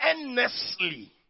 Endlessly